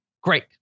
Great